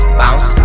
bounce